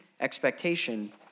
expectation